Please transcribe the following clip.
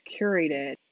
curated